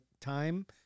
time